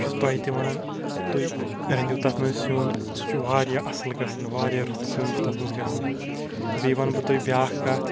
بہٕ چُھس تۄہِہ تِہ وَنان تُہۍ رٔنِو تَتھ منٛز سیٚن سُہ چھُ واریاہ اَصٕل گَژھان واریاہ رُت سیٚن چھُ تَتھ منٛز گَژھان بیٚیِہ وَنہٕ بہٕ تۄہِہ بیٛاکھ کَتھ